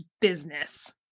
business